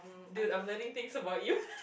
dude I'm learning things about you